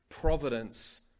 providence